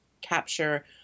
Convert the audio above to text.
capture